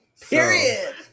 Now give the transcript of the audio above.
period